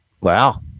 Wow